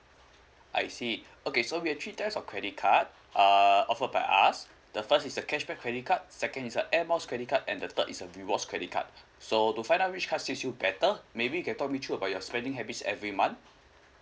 I see okay so we have three types of credit card uh offered by us the first is a cashback credit card second is a air miles credit card and the third is a rewards credit card so to find out which cards suits you better maybe you can talk me through about your spending habits every month